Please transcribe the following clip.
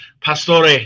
Pastore